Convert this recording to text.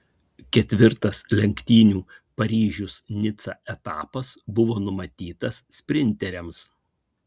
ketvirtas lenktynių paryžius nica etapas buvo numatytas sprinteriams